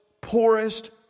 poorest